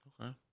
Okay